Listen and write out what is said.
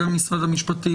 גם משרד המשפטים,